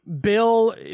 Bill